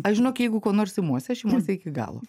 aš žinok jeigu ko nors imuosi aš imuosi iki galo